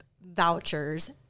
vouchers